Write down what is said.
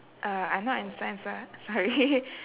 uh I'm not in science ah sorry